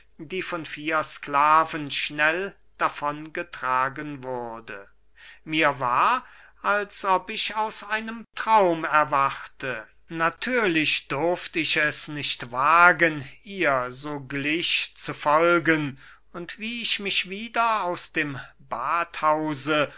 die von vier sklaven schnell davon getragen wurde mir war als ob ich aus einem traum erwachte natürlich durft ich es nicht wagen ihr sogleich zu folgen und wie ich mich wieder aus dem badhause